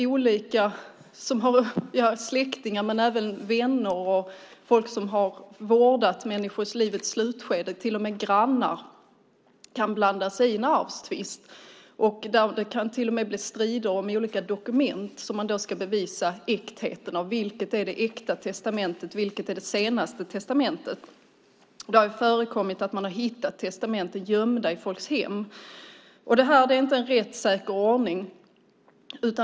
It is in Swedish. Olika släktingar, vänner, folk som har vårdat någon i livets slutskede och till och med grannar kan blanda sig i en arvstvist. Det kan bli strider om olika dokument, som man då måste bevisa äktheten av. Vilket är det äkta testamentet? Vilket är det senaste testamentet? Det har förekommit att man har hittat testamenten gömda i folks hem. Detta är inte en rättssäker ordning.